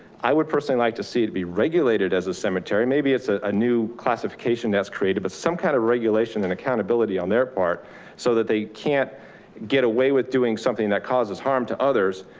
i would personally like to see it be regulated as a cemetery. maybe it's ah a new classification that's created, but some kind of regulation and accountability on their part so that they can't get away with doing something that causes harm to others.